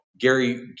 Gary